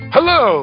Hello